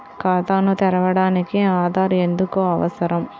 ఖాతాను తెరవడానికి ఆధార్ ఎందుకు అవసరం?